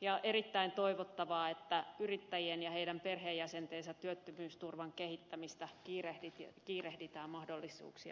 ja erittäin toivottavaa on että yrittäjien ja heidän perheenjäsentensä työttömyysturvan kehittämistä kiirehditään mahdollisuuksien mukaan